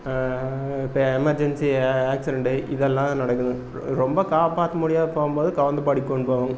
இப்போ emergency accident இதெல்லாம் நடக்குது ரொம்ப காப்பாற்றமுடியாத போகும்போது கவுந்தபாடிக்கு கொண்டு போவாங்கள்